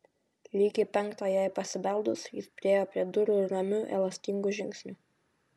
lygiai penktą jai pasibeldus jis priėjo prie durų ramiu elastingu žingsniu